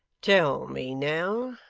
tell me now.